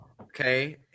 Okay